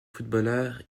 footballeur